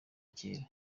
kera